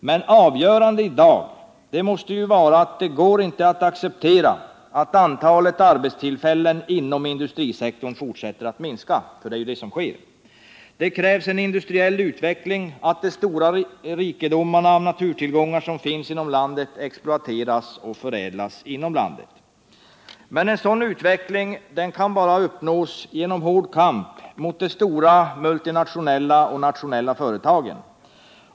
Men avgörande i dag måste vara att det inte går att acceptera att antalet arbetstillfällen inom industrisektorn fortsätter att minska, för det är ju det som sker. Det krävs en industriell utveckling, att de stora rikedomarna av naturtillgångar som finns inom landet exploateras och förädlas inom landet. Men en sådan utveckling kan bara uppnås genom hård kamp mot de stora multinationella och nationella företagen.